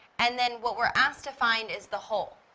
and then what we're asked to find is the whole.